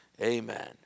Amen